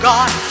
God